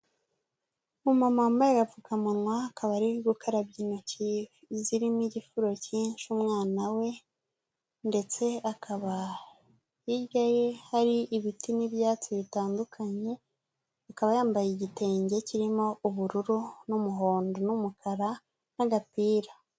Umumama wambaye agapfukamunwa akaba ari gukarabya intoki zirimo igifuro kinshi umwana we ndetse akaba hirya ye hari ibiti n'ibyatsi bitandukanye, akaba yambaye igitenge kirimo ubururu n'umuhondo n'umukara n'agapira.